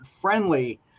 friendly